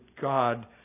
God